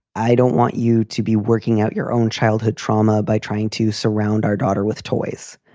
i don't want you to be working out your own childhood trauma by trying to surround our daughter with toys.